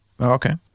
Okay